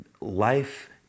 life